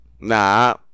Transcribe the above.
Nah